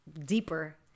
deeper